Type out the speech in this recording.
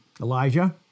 Elijah